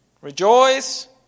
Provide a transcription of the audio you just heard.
Rejoice